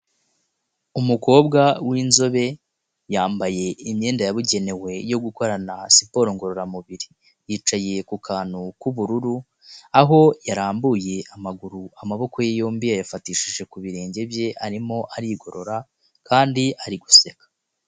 Umukobwa w'inzobe yambaye imyenda yabugenewe yo gukorana siporo ngororamubiri yicaye ku kantu k'ubururu aho yarambuye amaguru, amaboko ye yombi ayafatishije ku birenge bye arimo arigorora kandi ari guseka.